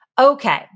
Okay